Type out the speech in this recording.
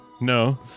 No